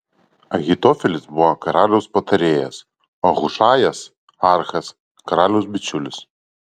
ahitofelis buvo karaliaus patarėjas o hušajas archas karaliaus bičiulis